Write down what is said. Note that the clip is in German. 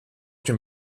dem